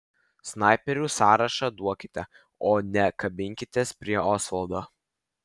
snaiperių sąrašą duokite o ne kabinkitės prie osvaldo